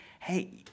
hey